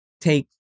take